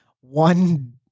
one